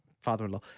father-in-law